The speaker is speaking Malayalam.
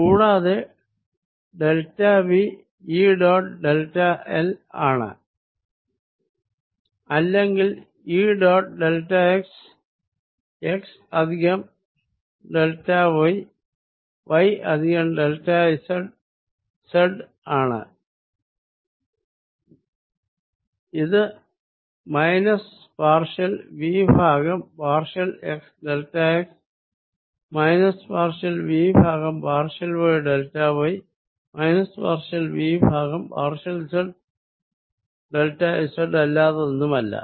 കൂടാതെ delta V E dot delta l ആണ് അല്ലെങ്കിൽ E dot delta x x plus delta y y plus delta z z ആണ് ഇത് മൈനസ് പാർഷ്യൽ V ഭാഗം partial x delta x minus partial V ഭാഗം partial y delta y minus partial V ഭാഗം പാർഷ്യൽ z ഡെൽറ്റ z അല്ലാതൊന്നുമല്ല